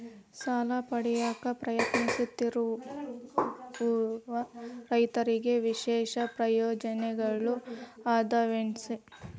ಸಾಲ ಪಡೆಯಾಕ್ ಪ್ರಯತ್ನಿಸುತ್ತಿರುವ ರೈತರಿಗೆ ವಿಶೇಷ ಪ್ರಯೋಜನಗಳು ಅದಾವೇನ್ರಿ?